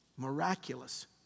Miraculous